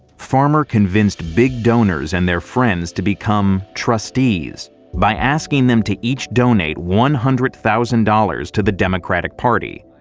farmer convinced big donors and their friends to become trustees by asking them to each donate one hundred thousand dollars dollars to the democratic party.